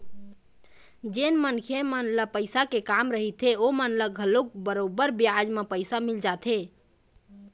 जेन मनखे मन ल पइसा के काम रहिथे ओमन ल घलोक बरोबर बियाज म पइसा मिल जाथे